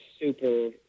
super